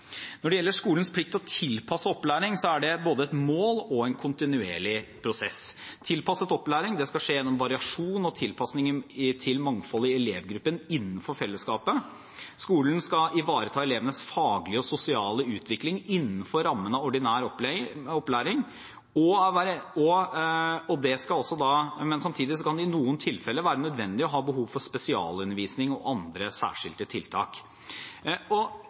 Når det gjelder skolens plikt til å tilpasse opplæring, er det både et mål og en kontinuerlig prosess. Tilpasset opplæring skal skje gjennom variasjon og tilpasning til mangfoldet i elevgruppen innenfor fellesskapet. Skolen skal ivareta elevenes faglige og sosiale utvikling innenfor rammen av ordinær opplæring, men samtidig kan det i noen tilfeller være nødvendig med spesialundervisning og andre særskilte tiltak. Alle i denne sal er enig om at spesialundervisning og fritak fra fag og